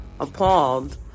appalled